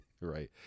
Right